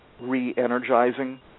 re-energizing